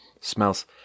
Smells